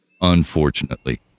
unfortunately